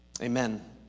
Amen